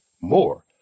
more